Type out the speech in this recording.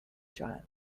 child